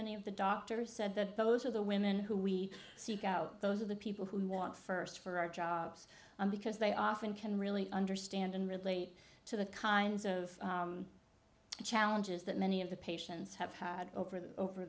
many of the doctor said that those are the women who we seek out those are the people who want first for our jobs because they often can really understand and relate to the kinds of challenges that many of the patients have had over the over